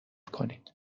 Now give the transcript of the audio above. کنید